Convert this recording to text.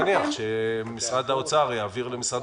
אני מניח שמשרד האוצר יעביר למשרד